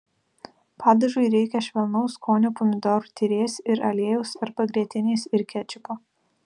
padažui reikia švelnaus skonio pomidorų tyrės ir aliejaus arba grietinės ir kečupo